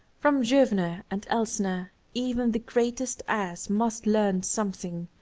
from zwyny and elsner even the greatest ass must learn something,